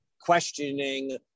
questioning